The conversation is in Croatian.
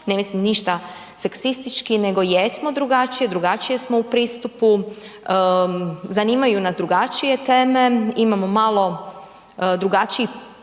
ne mislim ništa seksistički nego jesmo drugačije, drugačije smo u pristupu, zanimaju nas drugačije teme, imamo malo drugačiji